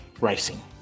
racing